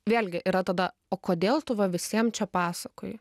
vėlgi yra tada o kodėl tu va visiem čia pasakoji